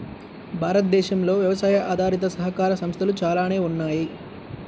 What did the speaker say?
భారతదేశంలో వ్యవసాయ ఆధారిత సహకార సంస్థలు చాలానే ఉన్నాయి